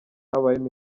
habayeho